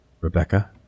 Rebecca